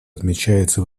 отмечается